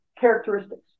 characteristics